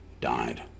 died